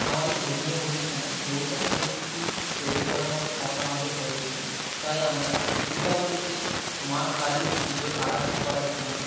আমাদের ধর্মীয় অনুষ্ঠানে দেবতার মূর্তি তৈরি করার মতো ক্ষমতা আমাদের হয়ে ওঠে নি তাই আমরা দীপাবলিতে মা কালীর পুজোর আরাধ্য করার জন্য